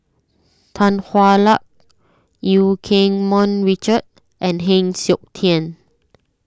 Tan Hwa Luck Eu Keng Mun Richard and Heng Siok Tian